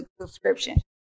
subscription